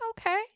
okay